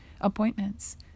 appointments